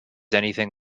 anything